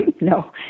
No